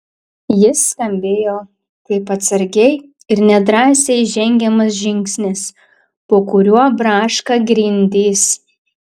jis skambėjo kaip atsargiai ir nedrąsiai žengiamas žingsnis po kuriuo braška grindys